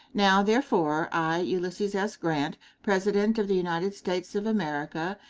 now, therefore, i, ulysses s. grant, president of the united states of america,